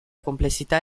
complessità